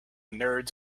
nerds